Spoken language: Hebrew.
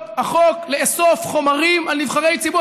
החוק לאסוף חומרים על נבחרי ציבור.